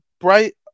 bright